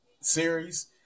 series